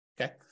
Okay